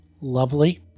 lovely